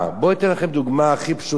בוא אני אתן לכם דוגמה הכי פשוטה.